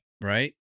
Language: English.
right